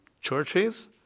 churches